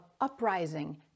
uprising